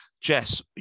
Jess